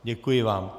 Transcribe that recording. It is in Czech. Děkuji vám.